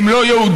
הם לא יהודים.